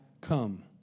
come